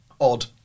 Odd